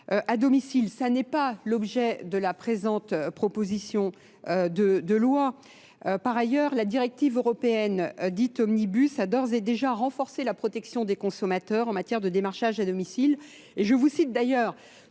à domicile. Ce n'est pas l'objet de la présente proposition de loi. Par ailleurs, la directive européenne dite Omnibus a d'ores et déjà renforcé la protection des consommateurs en matière de démarchage à domicile. Et je vous cite d'ailleurs